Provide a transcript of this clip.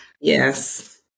Yes